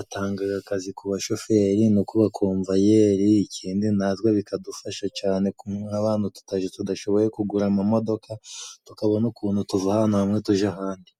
atangaga akazi ku bashoferi no kubakomvayeri. Ikindi na twe bikadufasha cane kumwe abantu tudashoboye kugura amamodoka tukabona ukuntu tuva aha nanga tujya ahandi.